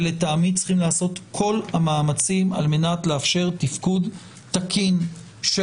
ולטעמי צריכים לעשות את כל המאמצים על מנת לאפשר תפקוד תקין של